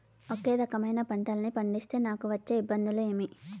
ఒకే రకమైన పంటలని పండిస్తే నాకు వచ్చే ఇబ్బందులు ఏమి?